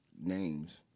names